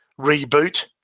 reboot